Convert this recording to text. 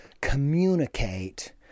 communicate